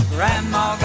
Grandma